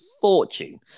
fortune